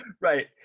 Right